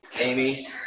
Amy